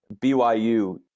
BYU